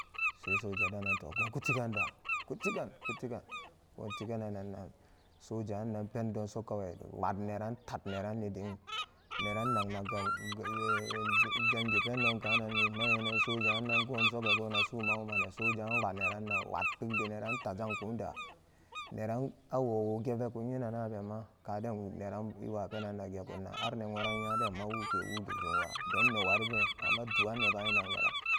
Se soja denan to goo kuti gaan kaa guti gaan da kutigan an goon tiganannan soja pendonso ba soja pwat neranni ding tat neranni ding neran nag nag ga jangi pen don kagi mayenan mayenan soja pwanera pwat pigii generan tat janku daa neran a wowo gevekun nyinan tema kaden nera i woo penmbu nakkunan har ne woran nyan den ma wuke wuduk jumwa don ne wari been amma duan ne baan inag neran.